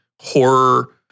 horror